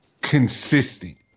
consistent